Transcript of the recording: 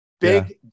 big